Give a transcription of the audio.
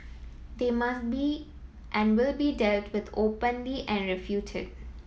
they must be and will be dealt with openly and refuted